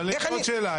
אבל יש עוד שאלה,